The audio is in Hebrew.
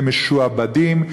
למשועבדים.